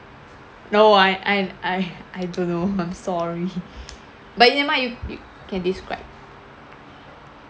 no I I I don't know I'm sorry but never mind you you can describe